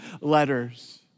letters